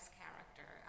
character